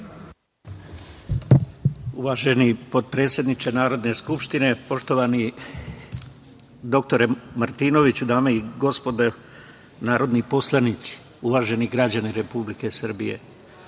Uvaženi potpredsedniče Narodne skupštine, poštovani dr Martinoviću, dame i gospodo narodni poslanici, uvaženi građani Republike Srbije,